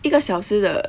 一个小时的